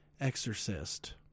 exorcist